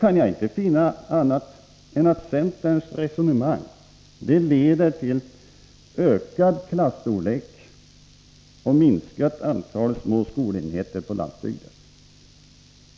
kan jag inte finna annat än att centerns resonemang leder till ökad klasstorlek och ett minskat antal små skolenheter på landsbygden.